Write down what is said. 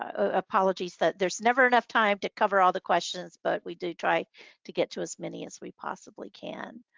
ah apologies that there's never enough time to cover all the questions, but we do try to get to as many as we possibly can.